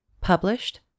Published